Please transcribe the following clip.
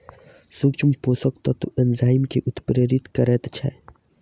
सूक्ष्म पोषक तत्व एंजाइम के उत्प्रेरित करैत छै